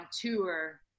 tour